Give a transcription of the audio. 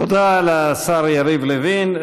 תודה לשר יריב לוין.